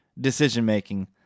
decision-making